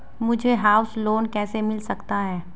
मुझे house loan कैसे मिल सकता है?